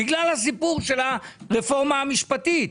בגלל הסיפור של הרפורמה המשפטית.